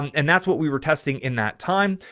and that's what we were testing in that time.